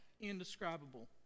indescribable